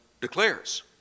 declares